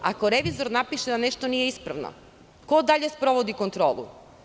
Ako revizor napiše da nešto nije ispravno ko dalje sprovodi kontrolu?